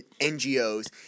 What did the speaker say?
NGOs